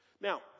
Now